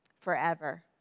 forever